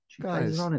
guys